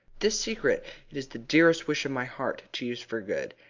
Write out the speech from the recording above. this secret it is the dearest wish of my heart to use for good,